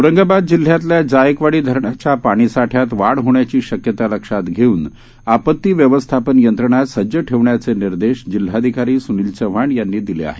औरंगाबाद जिल्ह्यातल्या जायकवाडी धरणाच्या पाणीसाठयात वाढ होण्याची शक्यता लक्षात धेऊन आपती व्यवस्थापन यंत्रणा सज्ज ठेवण्याचे निर्देश जिल्हाधिकारी सुनील चव्हाण यांनी दिले आहेत